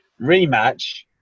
rematch